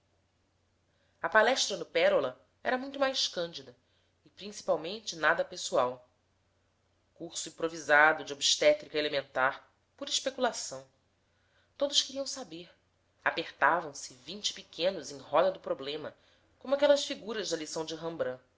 a palestra no pérola era muito mais cândida e principalmente nada pessoal curso improvisado de obstétrica elementar para especulação todos queriam saber apertavam se vinte pequenos em roda do problema como aquelas figuras da lição de